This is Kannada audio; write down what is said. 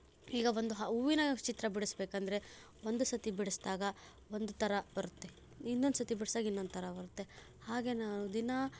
ಈಗ ಒಂದು ಹಾ ಹೂವಿನ ಚಿತ್ರ ಬಿಡಿಸ್ಬೇಕಂದ್ರೆ ಒಂದು ಸತಿ ಬಿಡಿಸಿದಾಗ ಒಂದು ಥರ ಬರುತ್ತೆ ಇನ್ನೊಂದು ಸತಿ ಬಿಡ್ಸ್ದಾಗ ಇನ್ನೊಂದು ಥರ ಬರುತ್ತೆ ಹಾಗೆ ನಾವು ದಿನ